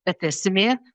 bet esmė